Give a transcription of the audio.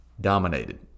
dominated